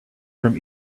from